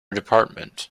department